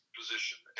position